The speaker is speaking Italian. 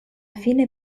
fine